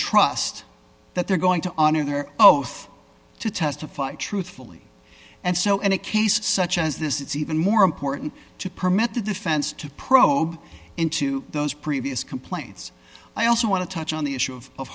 trust that they're going to honor their oath to testify truthfully and so in a case such as this it's even more important to permit the defense to probe into those previous complaints i also want to touch on the issue of of